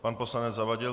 Pan poslanec Zavadil.